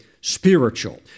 spiritual